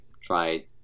try